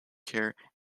care